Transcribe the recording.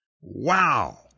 Wow